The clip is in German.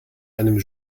einem